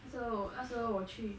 那时候那时候我去